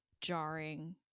jarring